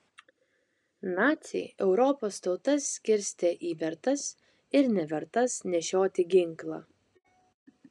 naciai europos tautas skirstė į vertas ir nevertas nešioti ginklą